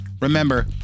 Remember